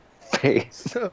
face